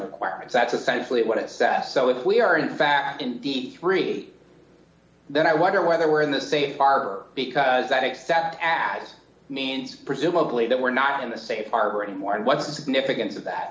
requirements that's essentially what it says so if we are in fact in deep three then i wonder whether we're in the safe harbor because that except ads means presumably that we're not in a safe harbor anymore and what's the significance of that